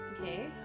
Okay